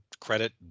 credit